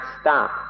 stop